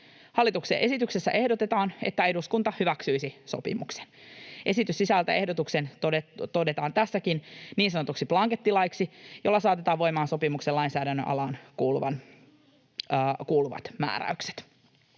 Hallituksen esityksessä ehdotetaan, että eduskunta hyväksyisi sopimuksen. Esitys sisältää ehdotuksen — todetaan tässäkin — niin sanotuksi blankettilaiksi, jolla saatetaan voimaan sopimuksen lainsäädännön alaan kuuluvat määräykset.